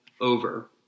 over